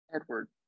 Edward